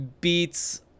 beats